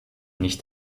nicht